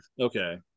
Okay